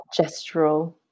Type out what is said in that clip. gestural